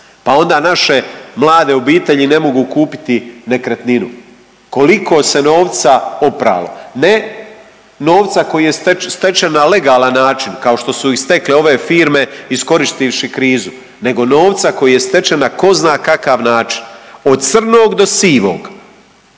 Pa onda naše mlade obitelji ne mogu kupiti nekretninu. Koliko se novca opralo, ne novca koji je stečen na legalan način kao što su ih stekle ove firme iskoristivši krizu, nego novca koji je stečen na tko zna kakav način od crnog do sivog?